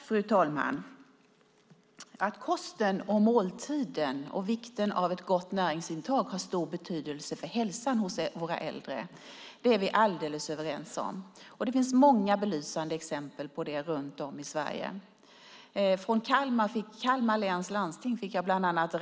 Fru talman! Att kosten, måltiden och ett gott näringsintag har stor betydelsen för hälsan hos våra äldre är vi alldeles överens om. Det finns många belysande exempel på det runt om i Sverige. Jag fick bland annat en rapport från Kalmar läns landsting.